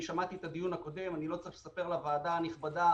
אני לא צריך לספר לוועדה הנכבדה